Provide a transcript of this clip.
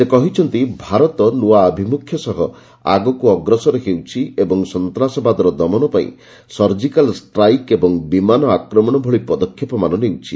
ସେ କହିଛନ୍ତି ଭାରତ ନୂଆ ଆଭିମୁଖ୍ୟ ସହ ଆଗକୁ ଅଗ୍ରସର ହେଉଛି ଓ ସନ୍ତ୍ରାସବାଦର ଦମନ ପାଇଁ ସର୍ଜିକାଲ୍ ଷ୍ଟ୍ରାଇକ୍ ଏବଂ ବିମାନ ଆକ୍ରମଣ ଭଳି ପଦକ୍ଷେପମାନ ନେଉଛି